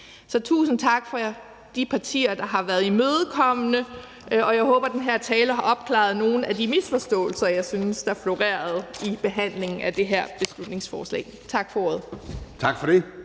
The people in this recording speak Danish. Så tusind tak til de partier, der har været imødekommende. Jeg håber, at den her tale har opklaret nogle af de misforståelser, jeg synes der florerede i behandlingen af det her beslutningsforslag. Tak for ordet.